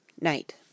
Night